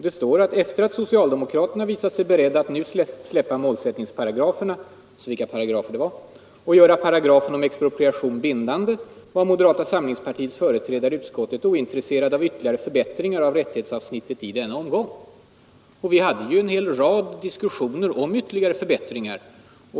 Det står: ”Efter att socialdemokraterna visat sig beredda att nu släppa målsättningsparagraferna och göra paragrafen om expropriation bindande var moderata samlingspartiets företrädare i utskottet ointresserad av ytterligare förbättringar av rättighetsavsnittet i denna omgång.” Vi hade ju en lång rad diskussioner om ytterligare förbättringar.